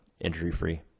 injury-free